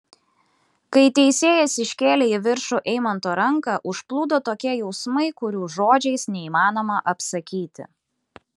kai teisėjas iškėlė į viršų eimanto ranką užplūdo tokie jausmai kurių žodžiais neįmanoma apsakyti